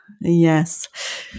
yes